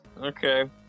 Okay